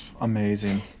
Amazing